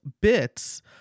bits